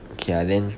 okay lah then